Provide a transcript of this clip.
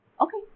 Okay